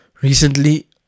recently